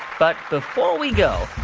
but before we go,